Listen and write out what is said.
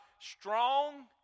strong